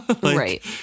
Right